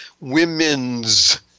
Women's